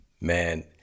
man